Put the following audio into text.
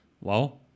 Wow